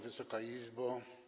Wysoka Izbo!